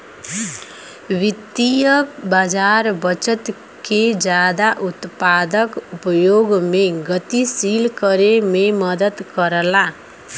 वित्तीय बाज़ार बचत के जादा उत्पादक उपयोग में गतिशील करे में मदद करला